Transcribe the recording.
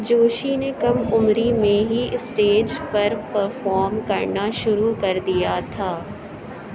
جوشی نے کم عمری میں ہی اسٹیج پر پرفارم کرنا شروع کر دیا تھا